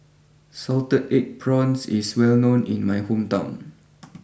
Salted Egg Prawns is well known in my hometown